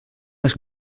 les